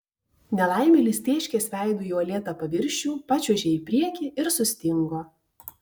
nelaimėlis tėškės veidu į uolėtą paviršių pačiuožė į priekį ir sustingo